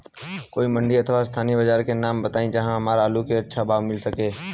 कोई मंडी अथवा स्थानीय बाजार के नाम बताई जहां हमर आलू के अच्छा भाव मिल सके?